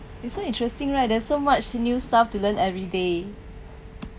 it's so interesting right there's so much new stuff to learn everyday